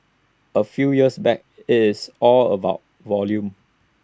A few years back IT is all about volume